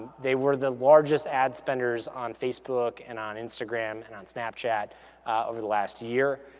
they were the largest ad spenders on facebook and on instagram and on snapchat over the last year.